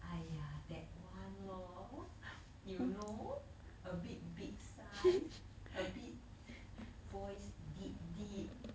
!aiya! that one lor you know a bit big size a bit voice deep deep